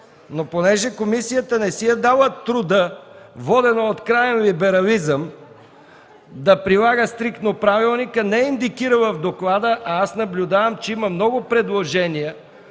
Но понеже комисията не си е дала труда, водена от краен либерализъм, да прилага стриктно Правилника, не е индикирала в доклада, а аз наблюдавам, че има много предложения,